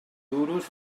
duros